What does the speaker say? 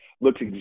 looks